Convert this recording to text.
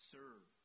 serve